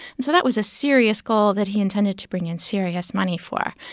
and so that was a serious goal that he intended to bring in serious money for.